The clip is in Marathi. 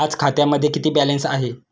आज खात्यामध्ये किती बॅलन्स आहे?